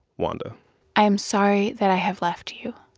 wanda i am sorry that i have left you.